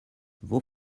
vos